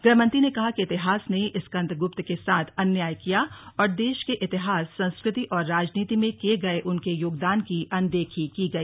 गृहमंत्री ने कहा कि इतिहास ने स्कंदगुप्त के साथ अन्याय किया और देश के इतिहास संस्कृति और राजनीति में किये गये उनके योगदान की अनदेखी की गई